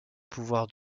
pouvoir